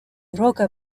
rocca